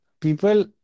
people